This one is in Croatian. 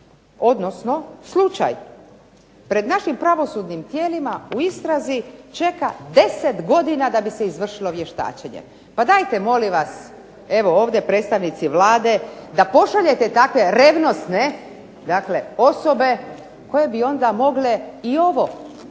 odnosno slučaj pred našim pravosudnim tijelima u istrazi čeka 10 godina da bi se izvršilo vještačenje. Pa dajte molim vas evo ovdje predstavnici Vlade, da pošaljete takve revnosne dakle osobe koje bi onda mogle i ovo privesti